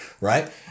right